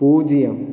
பூஜ்ஜியம்